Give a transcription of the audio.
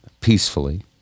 peacefully